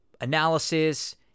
analysis